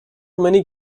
many